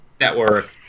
network